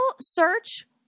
search